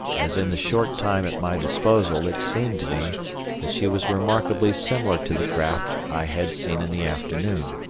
as in the short time at my disposal it seemed to me that she was remarkably similar to the craft i had seen in the afternoon,